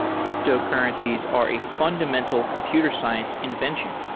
cryptocurrencies are a fundamental computer science invention.